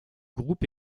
groupe